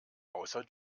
außer